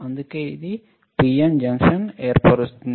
అందుకే ఇది PN జంక్షన్ను ఏర్పరుస్తుంది